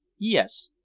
yes,